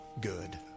good